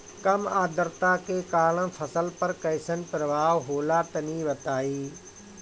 कम आद्रता के कारण फसल पर कैसन प्रभाव होला तनी बताई?